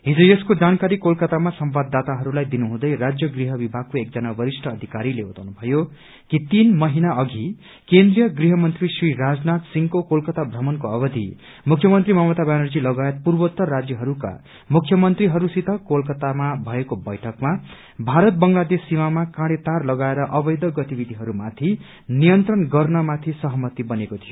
हिज यसको जानकारी कोलकतामा संवाददाताहरूलाई दिनुहँदै राज्य गृह विभागको एकजना वरिष्ठ अधिकारीले बताउनु भयो कि तीन महिना अघि केन्द्रीय गृह मन्त्री श्री राजनाथ सिंहको कोलकता भ्रमणको अवधि मुख्यमन्त्री ममता व्यानर्जी लगायत पूर्वोत्तर राज्यहरूका मुख्यमन्त्रीहरूसित कोलकतामा भएको बैठकमा भारत बंगलादेशि सीमामा काँडे तार लगाएर अवैध गतिविधिहरूमाथि नियन्त्रण गर्नमाथि सहमति बनेको थियो